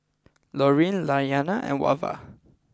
Lorene Iyanna and Wava